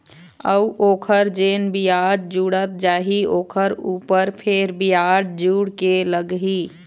अऊ ओखर जेन बियाज जुड़त जाही ओखर ऊपर फेर बियाज जुड़ के लगही